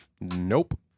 nope